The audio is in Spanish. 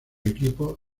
equipo